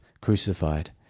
crucified